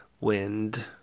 wind